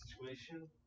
situation